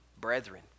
brethren